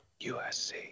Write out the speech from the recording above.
USC